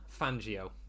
Fangio